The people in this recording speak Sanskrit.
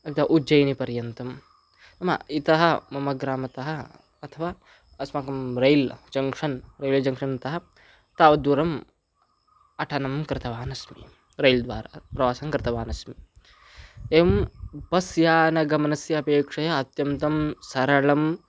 अतः उज्जैनिपर्यन्तं नाम इतः मम ग्रामतः अथवा अस्माकं रैल् जङ्क्षन् रेलजङ्क्षन्तः तावद्दूरम् अटनं कृतवानस्मि रैल् द्वारा प्रवासं कृतवानस्मि एवं बस् यानगमनस्य अपेक्षया अत्यन्तं सरळं